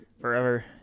forever